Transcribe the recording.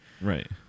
Right